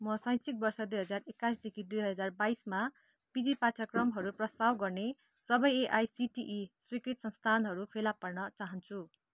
म शैक्षिक वर्ष दुई हजार एक्काइसदेखि दुई हजार बाइसमा पिजी पाठ्यक्रमहरू प्रस्ताव गर्ने सबै एआइसिटिई स्वीकृत संस्थानहरू फेला पार्न चाहन्छु